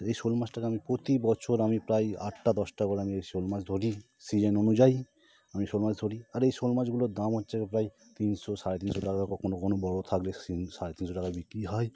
এই শোল মাছটাকে আমি প্রতি বছর আমি প্রায়ই আটটা দশটা করে আমি ওই শোল মাছ ধরি সিজন অনুযায়ী আমি শোল মাছ ধরি আর এই শোল মাছগুলোর দাম হচ্ছে প্রায় তিনশো সাড়ে তিনশো টাকা কখনো কখনো বড় থাকলে শিঙি সাড়ে তিনশো টাকায় বিক্রি হয়